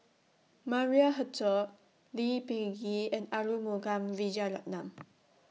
Maria Hertogh Lee Peh Gee and Arumugam Vijiaratnam